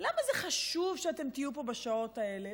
למה זה חשוב שאתם תהיו פה בשעות האלה?